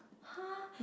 !huh!